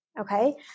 Okay